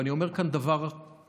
ואני אומר כאן דבר קשה,